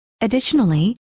Additionally